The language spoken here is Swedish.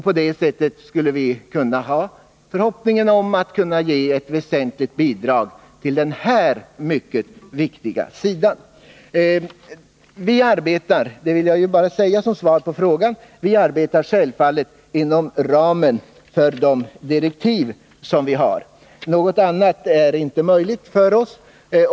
På så sätt hoppas vi kunna ge ett väsentligt bidrag i den här mycket viktiga frågan. Som svar på den fråga som ställdes vill jag säga att vi självfallet arbetar inom ramen för de direktiv som utredningen har. Något annat är inte möjligt för oss.